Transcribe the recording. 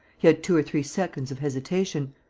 he had two or three seconds of hesitation,